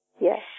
Yes